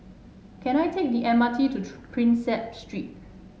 can I take the M R T to Prinsep Street